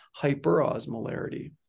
hyperosmolarity